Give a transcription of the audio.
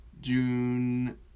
June